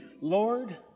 Lord